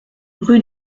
rue